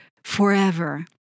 forever